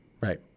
Right